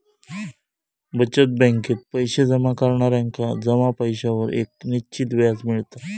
बचत बॅकेत पैशे जमा करणार्यांका जमा पैशांवर एक निश्चित व्याज मिळता